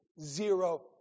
zero